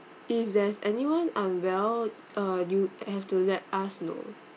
if there's anyone unwell uh you have to let us know